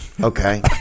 Okay